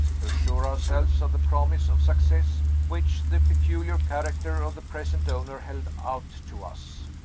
to assure ourselves of the promise of success which the peculiar character of the present owner held out to us.